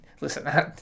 listen